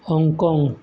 Hong काँग